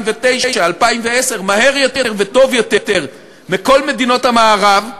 2010-2009 מהר יותר וטוב יותר מכל מדינות המערב,